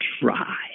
try